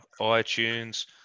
iTunes